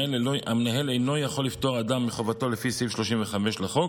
המנהל אינו יכול לפטור אדם מחובתו לפי סעיף 35 לחוק